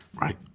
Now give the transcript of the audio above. right